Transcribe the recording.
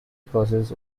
process